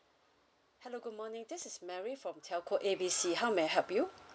hello good morning this is mary from telco A B C how may I help you